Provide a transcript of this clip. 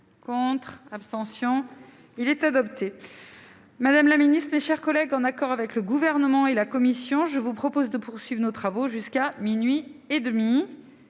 contre, abstention il est adopté, Madame la Ministre, mes chers collègues, en accord avec le gouvernement et la commission, je vous propose de poursuivre nos aux travaux jusqu'à minuit et demi,